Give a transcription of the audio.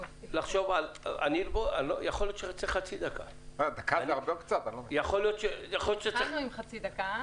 יכול להיות שצריך חצי דקה -- התחלנו עם חצי דקה...